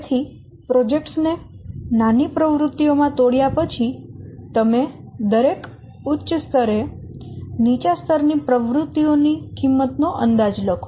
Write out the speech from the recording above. તેથી પ્રોજેક્ટ્સ ને નાની પ્રવૃત્તિઓમાં તોડ્યા પછી તમે દરેક ઉચ્ચ સ્તરે નીચા સ્તરની પ્રવૃત્તિઓની કિંમત નો અંદાજ લખો